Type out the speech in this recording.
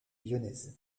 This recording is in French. lyonnaise